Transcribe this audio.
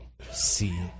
see